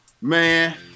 Man